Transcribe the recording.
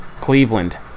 Cleveland